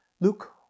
Luke